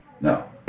No